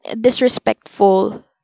disrespectful